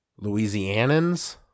Louisianans